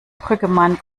brüggemann